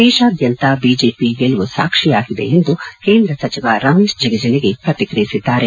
ದೇಶಾದ್ದಂತ ಬಿಜೆಪಿ ಗೆಲುವು ಸಾಕ್ಷಿಯಾಗಿದೆ ಎಂದು ಕೇಂದ್ರ ಸಚಿವ ರಮೇಶ್ ಜಿಗಜಿಣಗಿ ಪ್ರಕಿಕ್ರಿಯಿಸಿದ್ದಾರೆ